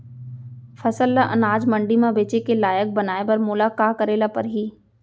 फसल ल अनाज मंडी म बेचे के लायक बनाय बर मोला का करे ल परही?